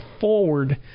forward